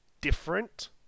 different